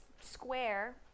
square